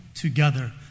together